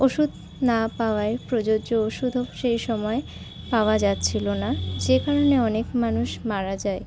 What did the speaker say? ওষুধ না পাওয়ায় প্রযোজ্য ওষুধও সেই সময় পাওয়া যাচ্ছিলো না যে কারণে অনেক মানুষ মারা যায়